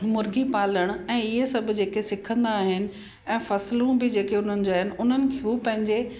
मुर्गी पालणु ऐं इहे सभु जेके सिखंदा आहिनि ऐं फ़सलूं बि जेके उन्हनि जा आहिनि उन्हनि खां पंहिंजे